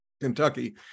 Kentucky